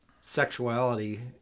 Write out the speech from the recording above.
sexuality